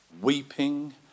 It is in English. weeping